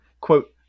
quote